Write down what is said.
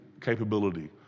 capability